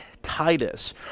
Titus